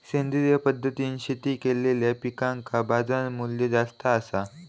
सेंद्रिय पद्धतीने शेती केलेलो पिकांका बाजारमूल्य जास्त आसा